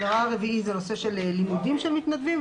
הדבר הרביעי זה נושא לימודים של מתנדבים,